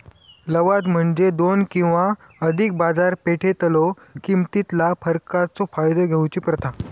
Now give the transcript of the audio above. लवाद म्हणजे दोन किंवा अधिक बाजारपेठेतलो किमतीतला फरकाचो फायदा घेऊची प्रथा